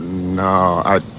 no are